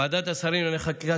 ועדת השרים לענייני חקיקה,